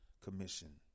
Commission